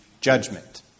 judgment